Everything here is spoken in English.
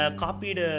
copied